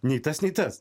nei tas nei tas